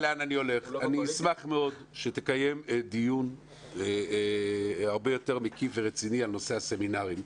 אני אשמח מאוד שתקיים דיון הרבה יותר מקיף ורציני על נושא הסמינרים,